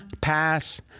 pass